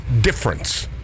difference